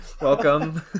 welcome